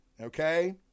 Okay